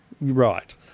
Right